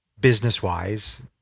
business-wise